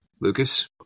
Lucas